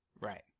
Right